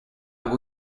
will